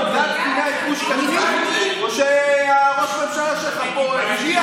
בג"ץ פינה את גוש קטיף או שראש הממשלה שלך פה הצביע,